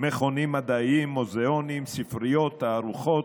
מכונים מדעיים, מוזיאונים, ספריות, תערוכות,